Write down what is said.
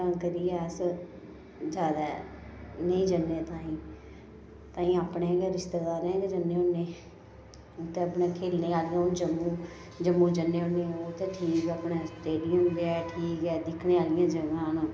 तां करियै अस ज्यादा नेईं जन्ने ताईं ताईं अपने गै रिश्तेदारें दे गै जन्ने होन्ने ते अपने खेलने आह्ले हून जम्मू जम्मू जन्ने होन्ने ओह् ते ठीक अपने स्टेडियम ऐ ठीक ऐ दिक्खने आह्ली जगह् न